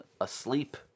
asleep